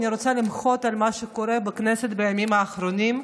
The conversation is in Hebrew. אני רוצה למחות על מה שקורה בכנסת בימים האחרונים.